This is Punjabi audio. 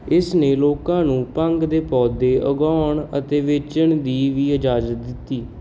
ਇਸ ਨੇ ਲੋਕਾਂ ਨੂੰ ਭੰਗ ਦੇ ਪੌਦੇ ਉਗਾਉਣ ਅਤੇ ਵੇਚਣ ਦੀ ਵੀ ਇਜਾਜ਼ਤ ਦਿੱਤੀ